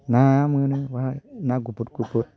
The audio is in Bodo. नाया मोनो बेहाय ना गुफुर गुफुर